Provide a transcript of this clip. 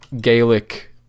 Gaelic